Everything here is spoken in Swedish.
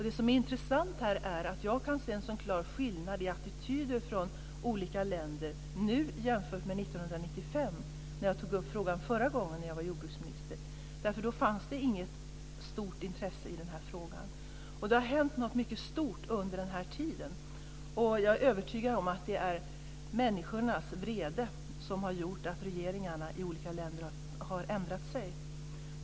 Det som är intressant här är att jag kan se en så klar skillnad i attityder från olika länder nu jämfört med 1995, när jag som jordbruksminister tog upp frågan förra gången. Då fanns det inget stort intresse i den här frågan. Det har hänt något mycket stort under den här tiden. Och jag är övertygad om att det är människornas vrede som har gjort att regeringarna i olika länder har ändrat sig.